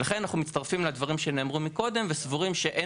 לכן אנחנו מצטרפים לדברים שנאמרו מקודם וסבורים שאין